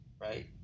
Right